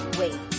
wait